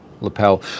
lapel